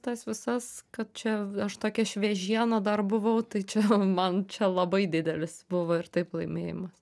tas visas kad čia aš tokia šviežiena dar buvau tai čia man čia labai didelis buvo ir taip laimėjimas